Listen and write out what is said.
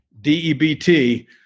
D-E-B-T